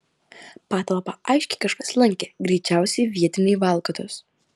patalpą aiškiai kažkas lankė greičiausiai vietiniai valkatos